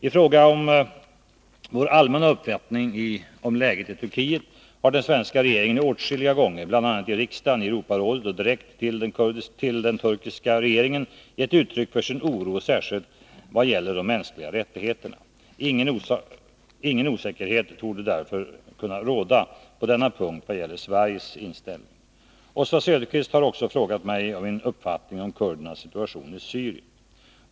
I fråga om vår allmänna uppfattning om läget i Turkiet har den svenska regeringen åtskilliga gånger, bl.a. i riksdagen, i Europarådet och direkt till den turkiska regeringen gett uttryck för sin oro, särskilt vad gäller de mänskliga rättigheterna. Ingen osäkerhet torde därför kunna råda på denna punkt vad gäller Sveriges inställning. Oswald Söderqvist har också frågat mig om min uppfattning om kurdernas situation i Syrien.